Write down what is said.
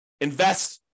invest